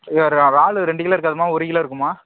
ராலு ரெண்டு கிலோ இருக்காதும்மா ஒரு கிலோ இருக்கும்மா